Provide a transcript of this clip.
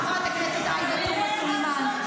חברת הכנסת עאידה תומא סלימאן,